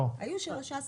היו שלושה סעיפים.